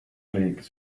leagues